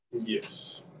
Yes